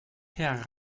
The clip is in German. herr